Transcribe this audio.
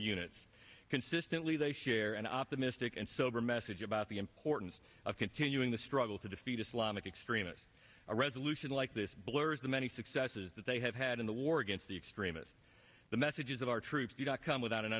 units consistently they share an optimistic and sober message about the importance of continuing the struggle to defeat islamist extremists a resolution like this blurs the many successes that they have had in the war against the extremists the messages of our troops do not come without an